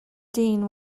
dean